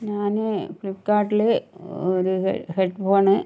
ഞാന് ഫ്ലിപ്കാർട്ടില് ഒരു ഹെഡ്ഫോണ്